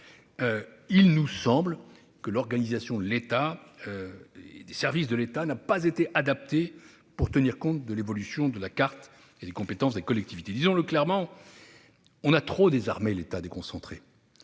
Il nous semble que l'organisation de ses services n'a pas été adaptée pour tenir compte de l'évolution de la carte et des compétences des collectivités. Disons-le clairement, on a trop désarmé l'État déconcentré